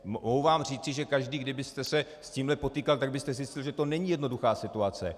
Mohu vám říci, že každý, kdo byste se s tímhle potýkal, tak byste zjistil, že to není jednoduchá situace.